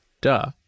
duh